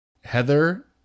heather